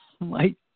Right